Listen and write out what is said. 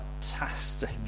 Fantastic